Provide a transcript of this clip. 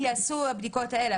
ייעשו הבדיקות האלה,